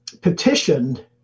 petitioned